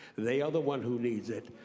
they are the one who needs it,